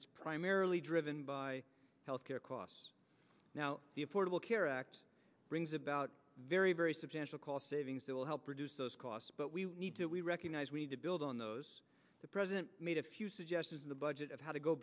s primarily driven by health care costs now the affordable care act brings about very very substantial cost savings that will help reduce those costs but we need to recognize we need to build on those the president made a few suggestions in the budget of how to go